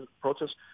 protests